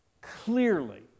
clearly